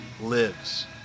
lives